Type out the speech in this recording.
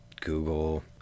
Google